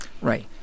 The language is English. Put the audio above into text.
Right